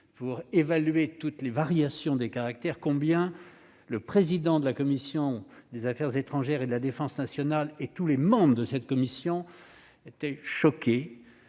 pour évaluer toutes les variations des caractères, combien le président de la commission des affaires étrangères et de la défense nationale, ainsi que tous les membres de cette commission, étaient choqués